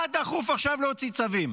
מה דחוף עכשיו להוציא צווים?